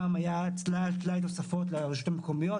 פעם היה טלאי על טלאי תוספות לרשויות המקומיות,